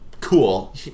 cool